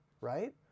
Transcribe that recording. right